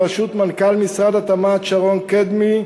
בראשות מנכ"ל משרד התמ"ת שרון קדמי,